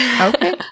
okay